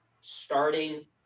starting